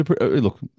Look